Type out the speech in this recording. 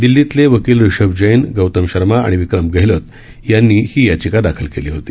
दिल्लीतले वकिल ऋषभ जैन गौतम शर्मा आणि विक्रम गेहलोत यांनी ही याचिका दाखल केली होती